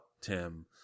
tim